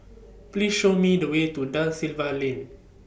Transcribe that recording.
Please Show Me The Way to DA Silva Lane